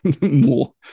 more